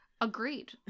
Agreed